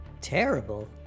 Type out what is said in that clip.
terrible